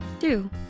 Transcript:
Two